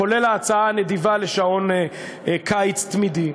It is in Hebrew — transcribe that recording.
כולל ההצעה הנדיבה לשעון קיץ תמידי.